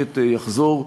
שהשקט יחזור,